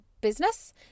business